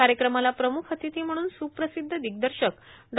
कार्यक्रमाला प्रमुख अतिथी म्हणून सुप्रसिद्ध दिग्दर्शक डॉ